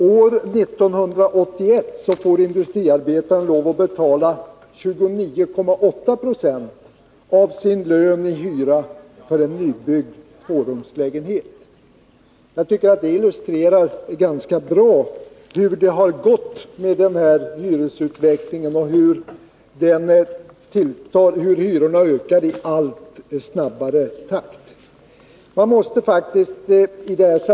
År 1981 får industriarbetaren lov att betala 29,8 20 av sin lön i hyra för en nybyggd tvårumslägenhet. Detta illustrerar ganska bra hur hyrorna ökar i allt snabbare takt.